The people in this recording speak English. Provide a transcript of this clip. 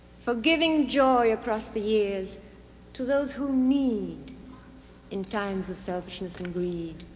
for giving joy across the years to those who need in times of selfishness and greed